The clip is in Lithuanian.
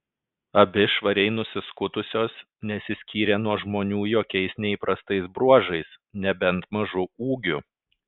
abi švariai nusiskutusios nesiskyrė nuo žmonių jokiais neįprastais bruožais nebent mažu ūgiu